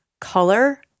color